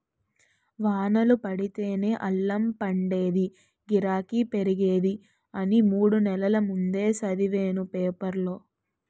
వానలు పడితేనే అల్లం పండేదీ, గిరాకీ పెరిగేది అని మూడు నెల్ల ముందే సదివేను పేపరులో